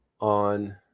on